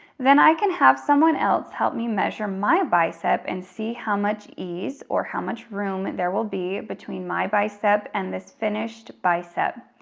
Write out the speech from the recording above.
then i can have someone else help me measure my bicep and see how much ease or how much room there will be between my bicep and this finished bicep.